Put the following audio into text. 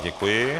Děkuji.